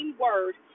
word